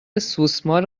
سوسمار